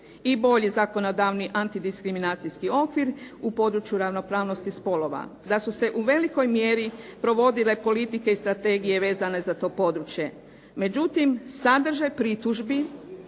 i bolji zakonodavni antidiskriminacijski okvir u području ravnopravnosti spolova. Da su se u velikoj mjeri provodile politike i strategije vezane za to područje. Međutim, sadržaj pritužbi